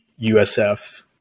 USF